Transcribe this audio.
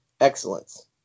excellence